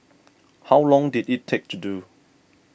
how long did it take to do